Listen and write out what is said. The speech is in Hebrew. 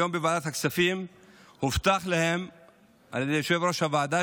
והיום בוועדת הכספים הובטח על ידי יושב-ראש הוועדה